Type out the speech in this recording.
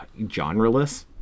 genreless